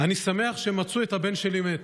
אני שמח שמצאו את הבן שלי מת,